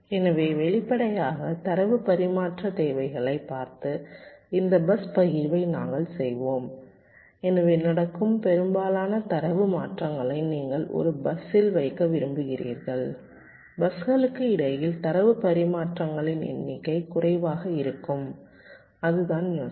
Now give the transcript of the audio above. எனவே வெளிப்படையாக தரவு பரிமாற்ற தேவைகளைப் பார்த்து இந்த பஸ் பகிர்வை நாங்கள் செய்வோம் எனவே நடக்கும் பெரும்பாலான தரவு பரிமாற்றங்களை நீங்கள் ஒரு பஸ்ஸில் வைக்க விரும்புகிறீர்கள் பஸ்களுக்கு இடையில் தரவு பரிமாற்றங்களின் எண்ணிக்கை குறைவாக இருக்கும் அதுதான் யோசனை